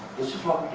this is what